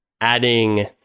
adding